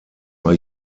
are